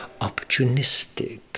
opportunistic